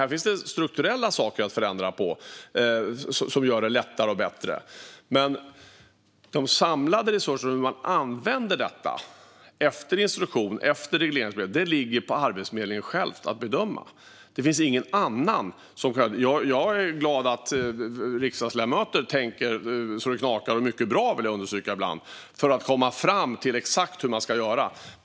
Här finns det strukturella saker att förändra för att göra det lättare och bättre. Det ligger dock på Arbetsförmedlingen själv att bedöma hur de samlade resurserna ska användas, efter instruktioner och regleringsbrev. Det finns ingen annan. Jag är glad att riksdagsledamöter tänker så det knakar - och ibland mycket bra, vill jag understryka - för att komma fram till exakt hur man ska göra.